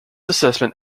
assessment